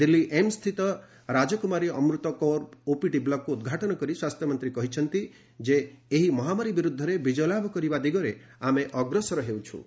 Delhi AIIMS ସ୍ଥିତ Rajkumari Amrit Kaur OPD ବ୍ଲକ୍କୁ ଉଦ୍ଘାଟନ କରି ସ୍ୱାସ୍ଥ୍ୟମନ୍ତ୍ରୀ କହିଛନ୍ତି ଯେ ଏହି ମହାମାରୀ ବିରୁଦ୍ଧରେ ବିଜୟଲାଭ କରିବା ଦିଗରେ ଆମେ ଅଗ୍ରସର ହେଉଛ୍ଟ